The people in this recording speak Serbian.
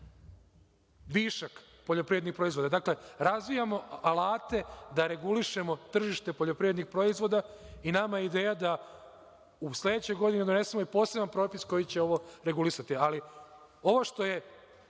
višak poljoprivrednih proizvoda. Dakle, razvijamo alate da regulišemo tržište poljoprivrednih proizvoda, i nama je ideja da u sledećoj godini donesemo i poseban propis koji će ovo regulisati. Ovo što je,